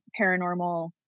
paranormal